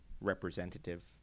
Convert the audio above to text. representative